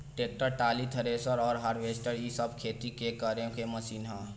tractor, trolley, thresher आ harvester इ सब खेती करे के मशीन ह